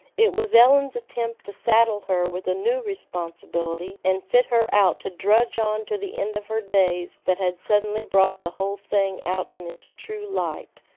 it was ellen's attempt to saddle her with a new responsibility and fit her out to drudge on to the end of her days that had suddenly brought the whole thing out in its true light.